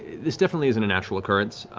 this definitely isn't a natural occurrence.